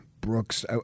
Brooks